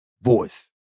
voice